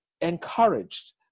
encouraged